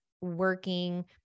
working